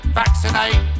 vaccinate